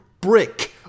brick